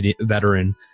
veteran